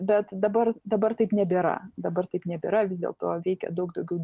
bet dabar dabar taip nebėra dabar taip nebėra vis dėlto veikia daug daugiau